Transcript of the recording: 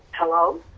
hello?